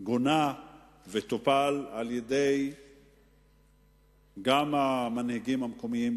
גונה וטופל גם על-ידי המנהיגים המקומיים,